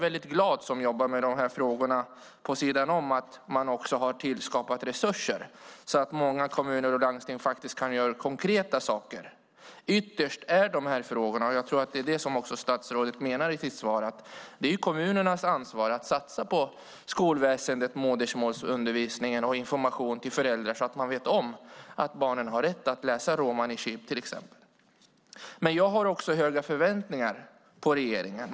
Eftersom jag jobbar med dessa frågor vid sidan av är jag glad att man har skapat resurser så att många kommuner och landsting kan göra konkreta saker. Ytterst är dessa frågor kommunernas ansvar, vilket jag tror att också statsrådet menar i sitt svar. Det är kommunernas ansvar att satsa på skolväsen, modersmålsundervisning och information till föräldrar så att de vet om att barnen har rätt att läsa till exempel romani chib. Jag har höga förväntningar på regeringen.